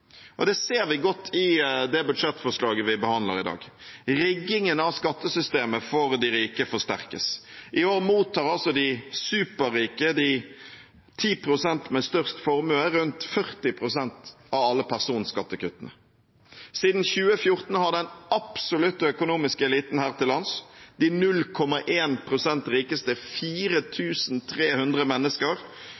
Og det ser vi godt i det budsjettforslaget vi behandler i dag. Riggingen av skattesystemet for de rike forsterkes. I år mottar altså de superrike – de 10 pst. med størst formue – rundt 40 pst. av alle personskattekuttene. Siden 2014 har den absolutte økonomiske eliten her til lands, de 0,1 pst. rikeste